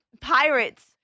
Pirates